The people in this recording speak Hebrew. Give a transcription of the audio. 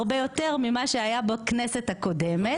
הרבה יותר ממה שהיה בכנסת הקודמת.